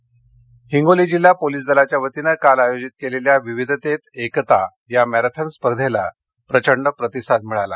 marathon Hingoli Hingoli जिल्हा police दलाच्या वतीने काल आयोजित केलेल्या विविधतेत एकता या मॅराथन स्पर्धेला प्रचंड प्रतिसाद मिळाला